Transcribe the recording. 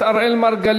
אדוני.